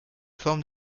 forme